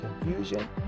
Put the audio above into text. confusion